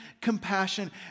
compassion